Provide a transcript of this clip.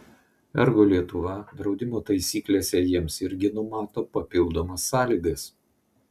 ergo lietuva draudimo taisyklėse jiems irgi numato papildomas sąlygas